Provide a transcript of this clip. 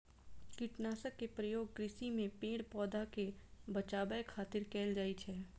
कीटनाशक के प्रयोग कृषि मे पेड़, पौधा कें बचाबै खातिर कैल जाइ छै